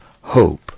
hope